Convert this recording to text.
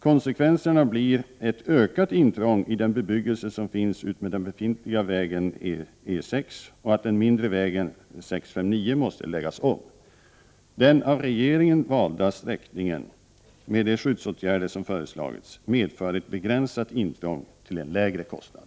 Konsekvenserna blir ett ökat intrång i den bebyggelse som finns utmed den befintliga väg E 6 och att den mindre vägen 659 måste läggas om. Den av regeringen valda sträckningen, med de skyddsåtgärder som föreslagits, medför ett begränsat intrång till en lägre kostnad.